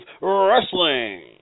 Wrestling